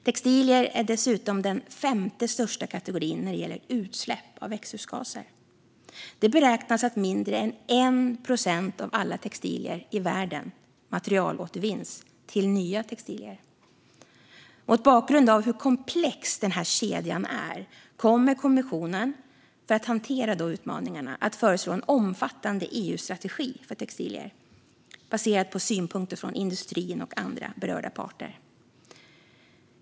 Textilier är dessutom den femte största kategorin när det gäller utsläpp av växthusgaser. Det beräknas att mindre än l procent av alla textilier i världen materialåtervinns till nya textilier. Mot bakgrund av hur komplex den här kedjan är kommer kommissionen, för att hantera dessa utmaningar, att föreslå en omfattande EUstrategi för textilier baserad på synpunkter från industrin och andra berörda parter.